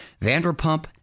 Vanderpump